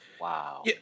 Wow